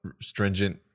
stringent